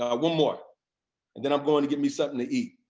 ah one more and then i'm going to get me something to eat.